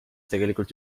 tegelikult